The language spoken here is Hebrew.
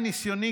מניסיוני,